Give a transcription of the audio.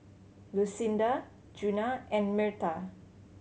Lucinda Djuna and Myrta